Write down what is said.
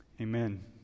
amen